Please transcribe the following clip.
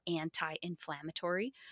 anti-inflammatory